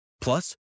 Plus